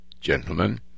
gentlemen